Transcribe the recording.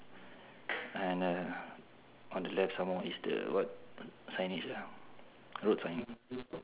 and uh on the left some more is the what signage ah road sign